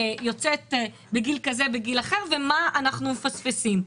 שיוצאת בגיל כזה או בגיל אחר ומה אנחנו מפספסים.